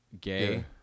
gay